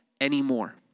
anymore